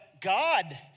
God